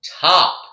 top